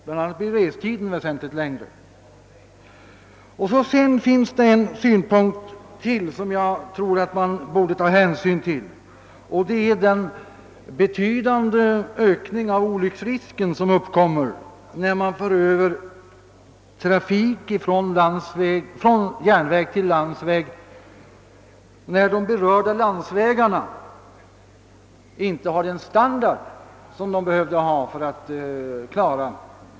Bland annat blir restiden längre. Det finns ytterligare en synpunkt som man borde ta hänsyn till, och det är den betydande ökning av olycksrisken som uppkommer när man för över trafik från järnväg till landsväg, särskilt när de berörda landsvägarna är av låg standard.